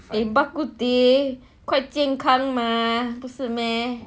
bak kut teh quite 健康 mah 不是 meh